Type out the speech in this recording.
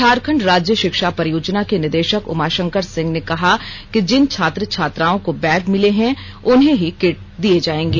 झारखंड राज्य षिक्षा परियोजना के निदेषक उमाषंकर सिंह ने कहा कि जिन छात्र छात्राओं को बैग मिले हैं उन्हें ही किट दिये जायेंगे